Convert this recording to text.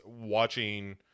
watching